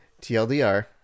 TLDR